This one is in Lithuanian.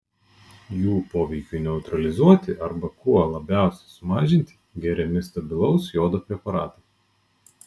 jų poveikiui neutralizuoti arba kuo labiausiai sumažinti geriami stabilaus jodo preparatai